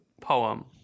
poem